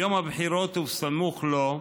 ביום הבחירות ובסמוך לו,